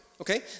okay